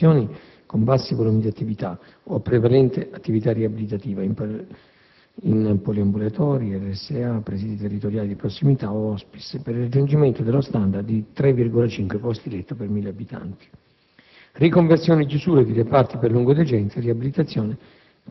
riconversione e chiusura di ospedali per acuti e cliniche di piccole dimensioni con bassi volumi di attività, o a prevalente attività riabilitativa, in poliambulatori, RSA, presidi territoriali di prossimità o *hospice* per il raggiungimento dello *standard* di 3,5 posti letto per mille abitanti;